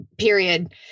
period